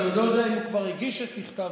אני עוד לא יודע אם הוא כבר הגיש את מכתב